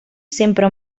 sempre